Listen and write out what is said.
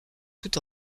tout